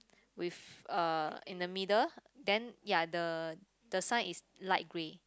with uh in the middle then ya the the sign is light grey